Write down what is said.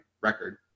record